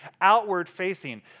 outward-facing